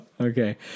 okay